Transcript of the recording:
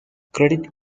credit